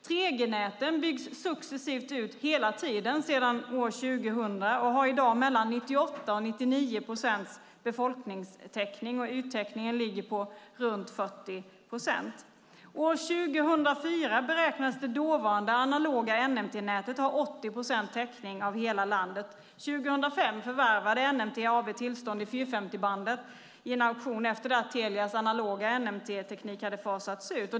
3G-näten byggs ut successivt sedan år 2000 och har i dag mellan 98 och 99 procents befolkningstäckning, och yttäckningen ligger på runt 40 procent. År 2004 beräknades att det dåvarande analoga NMT-nätet hade 80 procents täckning av hela landet. År 2005 förvärvade NMAB tillstånd i 450-megahertzbandet i en auktion efter det att Telias analoga NMT-teknik hade fasats ut.